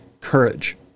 courage